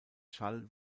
schall